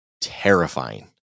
terrifying